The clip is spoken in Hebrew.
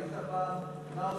מה אתה מדבר, אתה ראית פעם מה עושים,